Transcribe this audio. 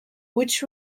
which